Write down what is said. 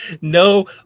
No